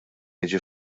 jiġi